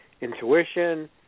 intuition